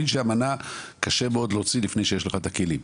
שאמנה קשה מאוד להוציא לפני שיש לך את הכלים.